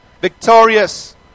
victorious